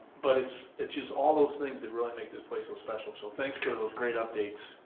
but it's it's just all those things that really make this place so special, so thanks for those great updates.